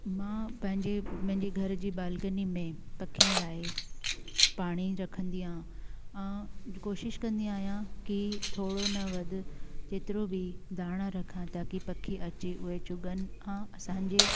मां पंहिंजे मुंहिंजे घर जी बालकनी में पखियुनि लाइ पाणी रखंदी आहियां कोशिशि कंदी आहियां की थोरो न वधि जेतिरो बि दाणा रखां ताकी पखी अचे उहे चुगनि असांजे